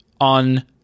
on